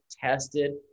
tested